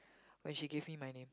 when she gave me my name